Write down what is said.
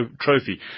trophy